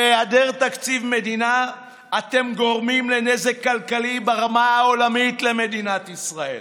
בהיעדר תקציב מדינה אתם גורמים נזק כלכלי ברמה העולמית למדינת ישראל.